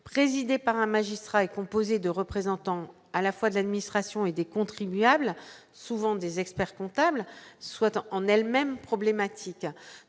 présidées par un magistrat et composé de représentants à la fois de l'administration et des contribuables souvent des Experts comptables souhaitant en elle-même problématique,